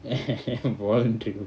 voluntary wo~